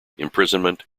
imprisonment